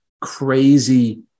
crazy